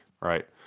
Right